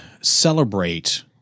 celebrate